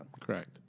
Correct